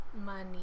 money